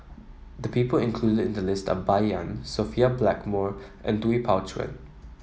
the people included in the list are Bai Yan Sophia Blackmore and Lui Pao Chuen